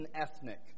ethnic